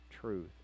truth